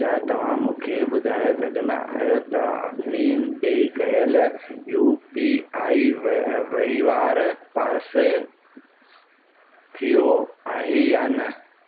छा तव्हां मूंखे ॿुधाए सघंदा आहियो त आफ़रीन ॾे कयल यू पी आई वई वहिंवार पासे थियो आहे या न